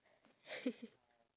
because